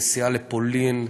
נסיעה לפולין,